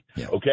okay